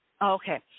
Okay